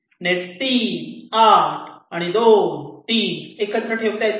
net 3 8 आणि 2 3 एकत्र ठेवता येतात